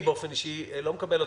אני באופן אישי לא מקבל אותה.